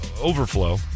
overflow